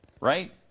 right